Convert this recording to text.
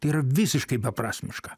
tai yra visiškai beprasmiška